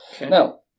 Now